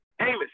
Amos